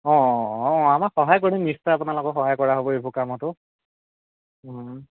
অঁ অঁ অঁ আমাৰ সহায় কৰিম নিশ্চয় আপোনালোকক সহায় কৰা হ'ব এইবোৰ কামতো